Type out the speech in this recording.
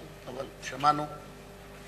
כן, שמענו,